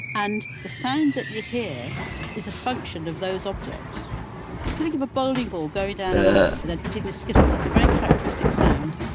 and the sound that you hear is a function of those objects if you think of a bowling ball going down an alley and then hitting the skittles, there's a very characteristic sound.